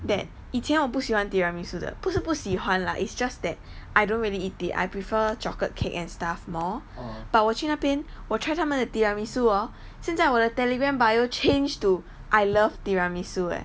that 以前我不喜欢 tiramisu 的不是不喜欢 lah it's just that I don't really eat it I prefer chocolate cake and stuff more but 我去那边我 try 他们的 tiramisu hor 现在我的 telegram bio change to I love tiramisu eh